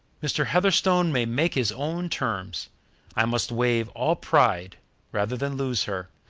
mr. heatherstone may make his own terms i must wave all pride rather than lose her.